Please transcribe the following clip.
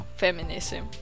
feminism